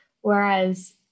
whereas